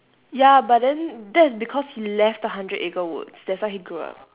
ya but then that's because he left the hundred acre woods that's why he grew up